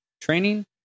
training